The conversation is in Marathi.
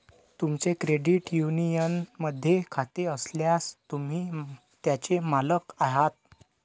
तुमचे क्रेडिट युनियनमध्ये खाते असल्यास, तुम्ही त्याचे मालक आहात